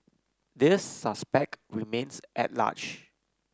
the suspect remains at large